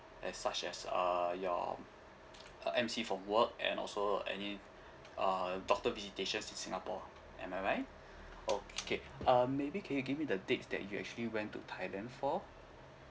as such as uh your uh M_C from work and also any uh doctor visitations in singapore am I right okay um maybe can you give me the dates that you actually went to thailand for